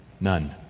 None